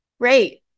Great